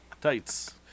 Tights